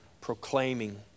proclaiming